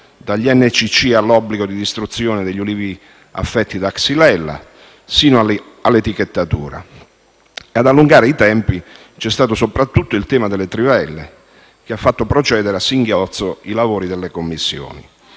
dagli NCC all'obbligo di distruzione degli ulivi affetti da Xylella, sino all'etichettatura. Ad allungare i tempi, c'è stato soprattutto il tema delle trivelle, che ha fatto procedere a singhiozzo i lavori delle Commissioni,